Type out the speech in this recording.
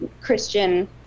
Christian